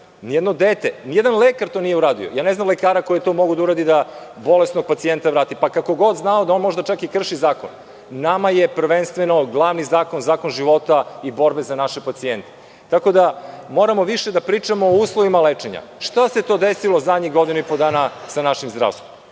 vratio, nijedan lekar to nije uradio. Ja ne znam lekara koji je to mogao da uradi, da bolesnog pacijenta vrati, pa makar znao da on možda čak i krši zakon. Nama je glavni zakon, zakon života i borbe za naše pacijente. Moramo više da pričamo o uslovima lečenja. Šta se to desilo zadnjih godinu i po dana sa našim zdravstvom?